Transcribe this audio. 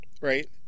right